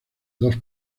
dos